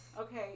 Okay